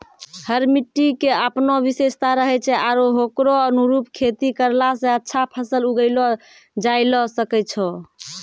हर मिट्टी के आपनो विशेषता रहै छै आरो होकरो अनुरूप खेती करला स अच्छा फसल उगैलो जायलॅ सकै छो